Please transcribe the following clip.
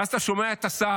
ואז אתה שומע את השר